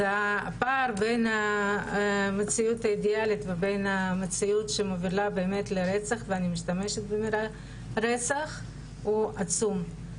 הפער בין המציאות האידיאלית לבין המציאות שמובילה לרצח הוא עצום.